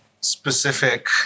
specific